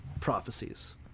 prophecies